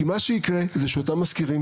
כי מה שיקרה במצב שכזה זה שיותר משכירים